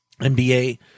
nba